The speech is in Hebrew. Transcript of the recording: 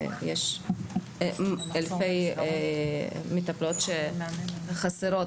ויש אלפי מטפלות חסרות,